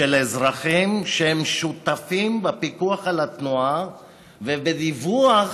שהם שותפים בפיקוח על התנועה ובדיווח